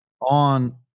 on